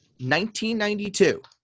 1992